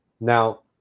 Now